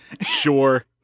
Sure